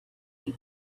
cape